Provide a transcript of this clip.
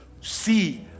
see